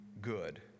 good